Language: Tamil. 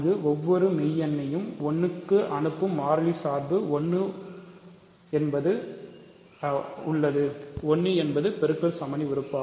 அங்கு ஒஒவ்வொரு மெய் எண்ணையும் 1 க்கு அனுப்பும் மாறிலி சார்பு உள்ளது 1 என்பது பெருக்கல் சமணி உறுப்பு